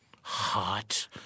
hot